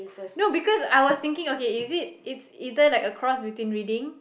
no because I was thinking okay is it its either like a cross between reading